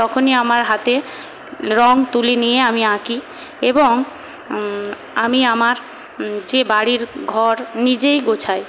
তখনই আমার হাতে রঙ তুলি নিয়ে আমি আঁকি এবং আমি আমার যে বাড়ি ঘর নিজেই গোছাই